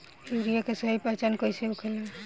Urea के सही पहचान कईसे होखेला?